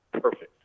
perfect